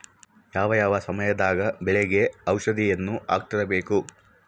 ಯಾವ ಯಾವ ಸಮಯದಾಗ ಬೆಳೆಗೆ ಔಷಧಿಯನ್ನು ಹಾಕ್ತಿರಬೇಕು?